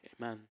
amen